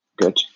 Good